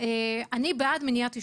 אני בעד מניעת עישון.